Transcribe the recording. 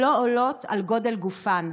לא עולים על גודל גופן.